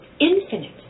infinite